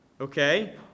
Okay